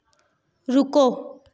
रुको